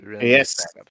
Yes